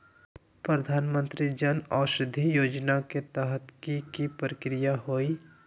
प्रधानमंत्री जन औषधि योजना के तहत की की प्रक्रिया होई?